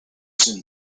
soon